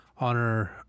Honor